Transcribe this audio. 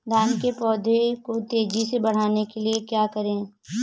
धान के पौधे को तेजी से बढ़ाने के लिए क्या करें?